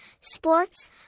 sports